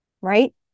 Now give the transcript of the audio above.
right